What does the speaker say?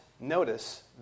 Notice